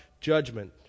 judgment